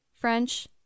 french